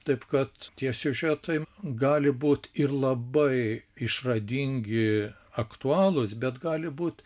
taip kad tie siužetai gali būt ir labai išradingi aktualūs bet gali būt